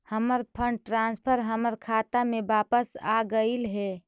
हमर fund transfer हमर खाता में वापस आगईल हे